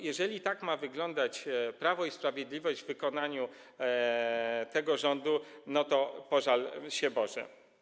Jeżeli tak ma wyglądać prawo i sprawiedliwość w wykonaniu tego rządu, to pożal się Boże.